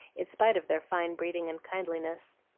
in spite of their fine breeding and kindliness.